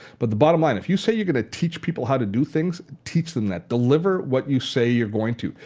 but the bottom line, if you say you're going to teach people how to do things, teach them that. deliver what you say you're going to.